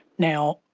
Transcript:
now,